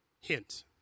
Hint